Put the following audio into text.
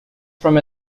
from